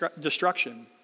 destruction